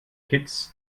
kitts